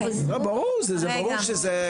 לא, ברור שזו מריחה.